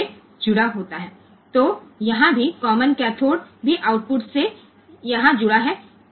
મને માફ કરશો અહીં પણ કોમન કેથોડ આઉટપુટ સાથે જોડાયેલ છે અને અહીં કોમન એનોડ આઉટપુટ સાથે જોડવામાં આવશે